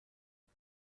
فکر